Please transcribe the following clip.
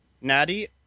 Natty